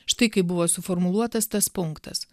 štai kaip buvo suformuluotas tas punktas